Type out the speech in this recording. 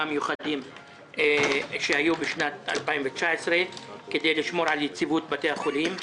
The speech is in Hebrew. מיוחדים שהיו בשנת 2019 כדי לשמור על יציבות בתי החולים.